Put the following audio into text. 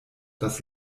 das